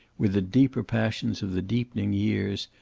with the deeper passions of the deepening years,